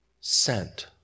sent